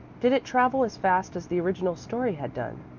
did it travel as fast as the original story had done?